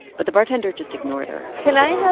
but the bartender just ignored her can i yeah